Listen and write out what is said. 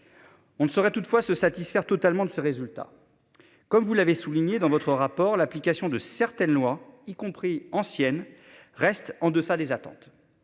On ne saurait toutefois se satisfaire totalement de ce résultat. Comme vous l'avez souligné dans votre rapport, l'application de certaines lois, y compris ancienne reste en deçà des attentes.